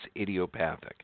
idiopathic